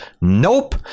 Nope